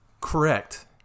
Correct